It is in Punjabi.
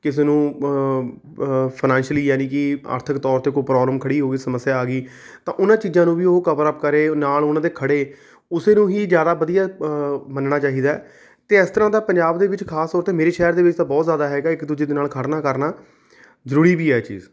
ਕਿਸੇ ਨੂੰ ਫਾਈਨੈਂਸ਼ਲੀ ਯਾਨੀ ਕਿ ਆਰਥਿਕ ਤੌਰ 'ਤੇ ਕੋਈ ਪ੍ਰੋਬਲਮ ਖੜ੍ਹੀ ਹੋ ਗਈ ਸਮੱਸਿਆ ਆ ਗਈ ਤਾਂ ਉਨ੍ਹਾਂ ਚੀਜ਼ਾਂ ਨੂੰ ਵੀ ਓਹ ਕਵਰਅੱਪ ਕਰੇ ਨਾਲ ਉਹਨਾਂ ਦੇ ਖੜ੍ਹੇ ਉਸੇ ਨੂੰ ਹੀ ਜ਼ਿਆਦਾ ਵਧੀਆ ਮੰਨਣਾ ਚਾਹੀਦਾ ਹੈ ਅਤੇ ਇਸ ਤਰ੍ਹਾਂ ਦਾ ਪੰਜਾਬ ਦੇ ਵਿੱਚ ਖਾਸ ਤੌਰ 'ਤੇ ਮੇਰੇ ਸ਼ਹਿਰ ਦੇ ਵਿੱਚ ਤਾਂ ਬਹੁਤ ਜ਼ਿਆਦਾ ਹੈਗਾ ਇੱਕ ਦੂਜੇ ਦੇ ਨਾਲ ਖੜ੍ਹਨਾ ਕਰਨਾ ਜ਼ਰੂਰੀ ਵੀ ਹੈ ਇਹ ਚੀਜ਼